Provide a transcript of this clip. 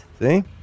See